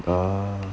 ah